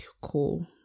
cool